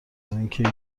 اینکه